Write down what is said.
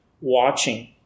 watching